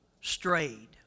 strayed